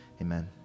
Amen